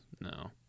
No